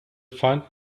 find